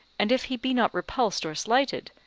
and if he be not repulsed or slighted,